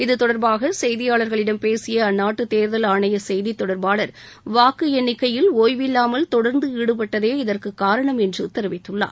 இது தொடர்பாக செய்தியாளர்களிடம் பேசிய அந்நாட்டு தேர்தல் ஆணைய செய்தி தொடர்பாளர் வாக்கு எண்ணிக்கையில் ஒய்வில்லாமல் தொடர்ந்து ஈடுபட்டதே இதற்கு காரணம் என்று தெரிவித்துள்ளார்